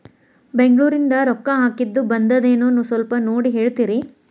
ಬೆಂಗ್ಳೂರಿಂದ ರೊಕ್ಕ ಹಾಕ್ಕಿದ್ದು ಬಂದದೇನೊ ಸ್ವಲ್ಪ ನೋಡಿ ಹೇಳ್ತೇರ?